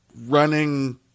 running